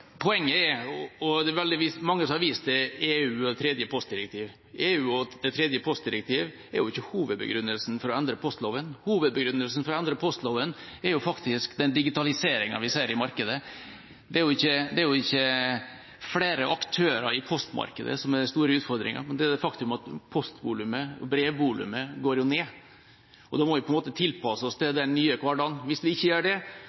Poenget er at mange har vist til EUs tredje postdirektiv. EUs tredje postdirektiv er jo ikke hovedbegrunnelsen for å endre postloven. Hovedbegrunnelsen for å endre postloven er faktisk den digitaliseringen vi ser i markedet. Det er ikke flere aktører i postmarkedet som er den store utfordringen, men det faktum at postvolumet, brevvolumet, går ned. Da må vi på en måte tilpasse oss den nye hverdagen. Hvis vi ikke gjør det,